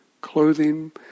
clothing